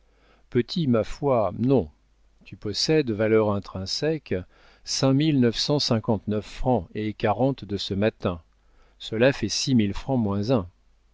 ma foi non tu possèdes valeur intrinsèque cinq mille neuf cent cinquante-neuf francs et quarante de ce matin cela fait six mille francs moins un